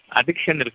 Addiction